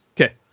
Okay